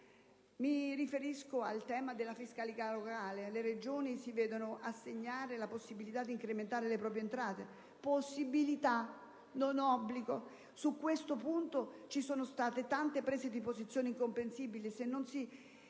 Mi riferisco al tema della fiscalità locale. Le Regioni si vedono assegnare la possibilità di incrementare le proprie entrate: possibilità, non obbligo. Su questo punto ci sono state tante prese di posizione incomprensibili,